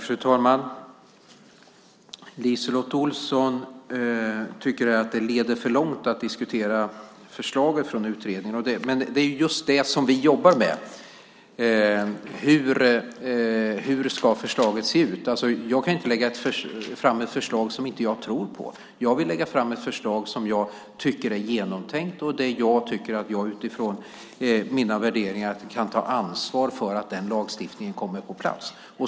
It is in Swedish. Fru ålderspresident! LiseLotte Olsson tycker att det leder för långt att diskutera förslaget från utredningen. Men det är just det som vi jobbar med när vi överväger hur förslaget ska se ut. Jag kan ju inte lägga fram ett förslag som jag inte tror på. Jag vill lägga fram ett förslag som är genomtänkt och där jag utifrån mina värderingar kan ta ansvar för att den lagstiftningen kommer på plats.